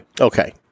Okay